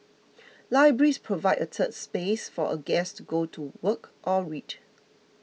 libraries provide a 'third space' for a guest to go to work or read